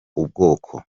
ubwoko